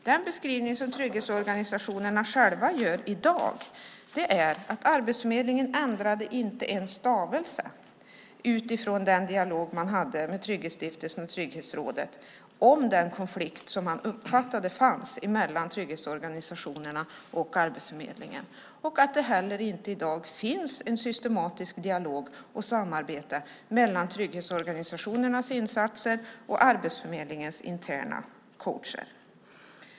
Den beskrivning som trygghetsorganisationerna själva ger i dag är att Arbetsförmedlingen inte ändrade en enda stavelse utifrån den dialog man hade med Trygghetsstiftelsen och Trygghetsrådet gällande den konflikt som man uppfattade fanns mellan trygghetsorganisationerna och Arbetsförmedlingen samt att det inte heller i dag finns ett systematiskt samarbete och en dialog mellan trygghetsorganisationerna och Arbetsförmedlingens interna coacher.